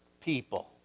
people